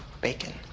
Bacon